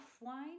wine